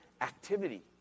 activity